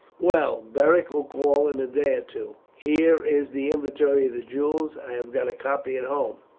well, beric will call in a day or two. here is the inventory of the jewels i have got a copy at home.